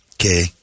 Okay